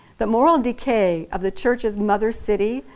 the moral decay of the church's mother city,